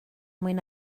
mwyn